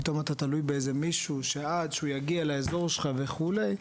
פתאום אתה תלוי באיזה מישהו שעד שהוא יגיע לאזור שלך וכו',